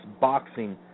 boxing